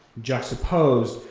juxtaposed,